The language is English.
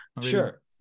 sure